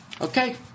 Okay